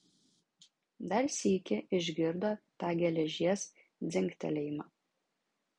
dar sykį išgirdo tą geležies dzingtelėjimą